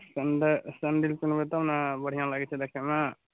sandal sandal पेन्हबै तब ने बढ़िआँ लगै छै देखयमे